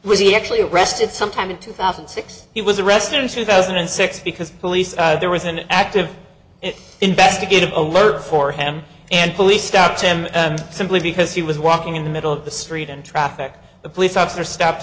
was he actually arrested sometime in two thousand and six he was arrested in two thousand and six because police there was an active and investigative alert for him and police stopped him simply because he was walking in the middle of the street and traffic a police officer stopped